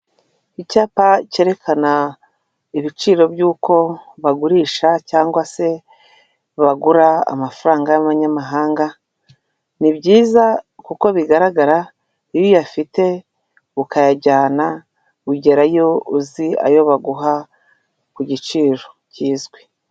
Icyapa cyerekana ibiciro byuko bagurisha cyangwa se bagura amafaranga y'amanyamahanga ni byiza kuko bigaragara iyo uyafite ukayajyana ugerayo uzi ayo baguha ku giciro kizwi.